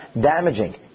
damaging